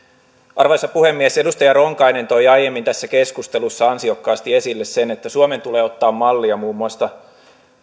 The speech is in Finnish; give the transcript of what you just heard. arvoisa puhemies edustaja ronkainen toi aiemmin tässä keskustelussa ansiokkaasti esille sen että suomen tulee ottaa mallia muun muassa